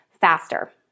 faster